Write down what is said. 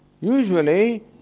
Usually